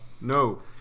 No